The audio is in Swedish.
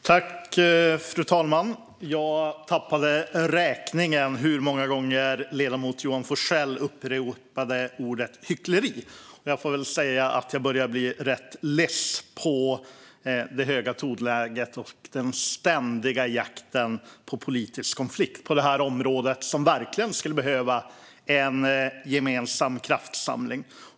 Fru talman! Jag tappade räkningen på hur många gånger ledamoten Johan Forssell upprepade ordet hyckleri. Jag börjar bli rätt less på det höga tonläget och den ständiga jakten på politisk konflikt på det här området som verkligen skulle behöva en gemensam kraftsamling.